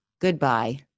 goodbye